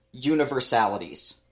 universalities